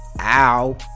Ow